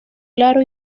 claro